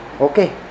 okay